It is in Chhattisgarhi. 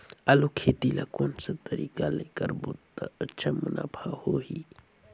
आलू खेती ला कोन सा तरीका ले करबो त अच्छा मुनाफा होही?